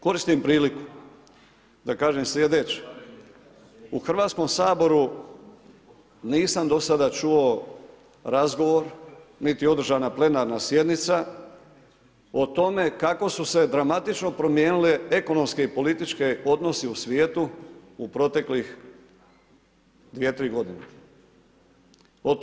Koristim priliku, da kažem slijedeće, u Hrvatskom saboru, nisam do sada čuo razgovor nit je održana plenarna sjednica, o tome kako su se dramatično promijenile ekonomski i politički odnosi u svijetu, u proteklih 2, 3 godine.